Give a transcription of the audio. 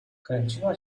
kręciła